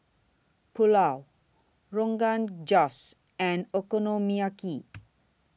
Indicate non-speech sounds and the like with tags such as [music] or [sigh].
Pulao Rogan Josh and Okonomiyaki [noise]